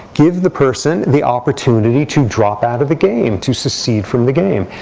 gives the person the opportunity to drop out of the game, to secede from the game.